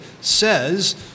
says